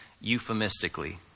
euphemistically